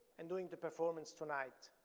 and doing the performance tonight.